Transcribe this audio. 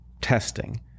testing